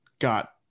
got